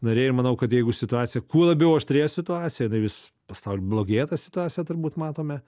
nariai ir manau kad jeigu situacija kuo labiau aštrėja situacija jinai vis pasauly blogėja ta situacija turbūt matome